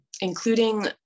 including